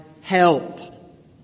help